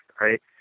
right